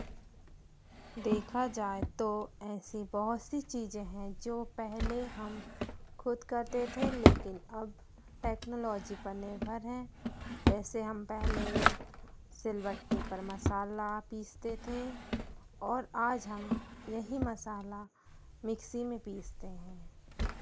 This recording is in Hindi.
देखा जाए तो ऐसी बहुत सी चीज़ें हैं जो पहले हम खुद करते थे लेकिन अब टेक्नोलॉजी पर निर्भर हैं जैसे हम पहले सिलबट्टे पर मसाला पीसते थे और आज हम यही मसाला मिक्सी में पीसते हैं